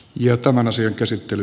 jo tämän asian käsittely